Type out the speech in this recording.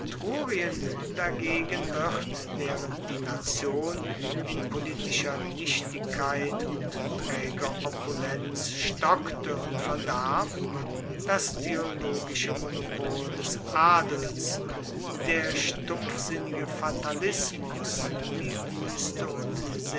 etrurien dagegen wird waehrend die nation in politischer nichtigkeit und traeger opulenz stockte und verdarb das theologische monopol des adels der stumpfsinnige fatalismus die wueste und